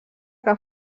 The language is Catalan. que